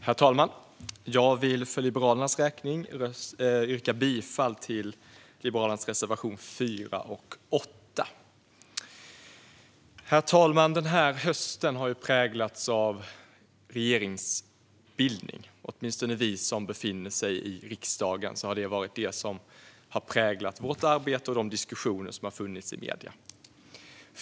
Herr talman! Jag vill för Liberalernas räkning yrka bifall till våra reservationer 4 och 8. Herr talman! Denna höst har präglats av regeringsbildning. Åtminstone för oss som befinner oss i riksdagen har detta präglat vårt arbete och de diskussioner som har förts i medierna.